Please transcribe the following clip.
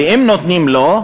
ואם נותנים לו,